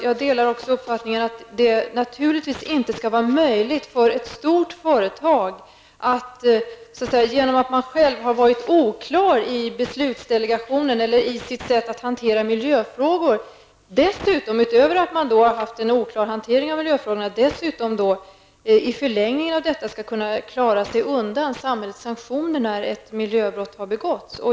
Jag delar uppfattningen att det naturligtvis inte skall vara möjligt för ett stort företag att, genom att man är oklar i beslutsdelegationen eller i sättet att hantera miljöfrågor, i förlängningen klara sig undan samhällets sanktioner när ett miljöbrott har begåtts.